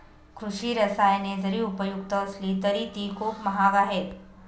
कृषी रसायने जरी उपयुक्त असली तरी ती खूप महाग आहेत